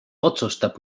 otsustab